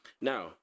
Now